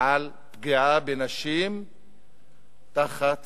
לפגיעה בנשים תחת